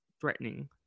threatening